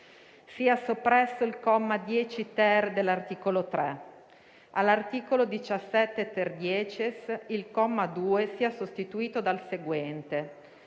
sia soppresso il comma 10-*ter* dell'articolo 3; - all'articolo 17-*terdecies*, il comma 2 sia sostituito dal seguente: